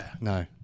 No